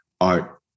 art